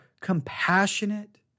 compassionate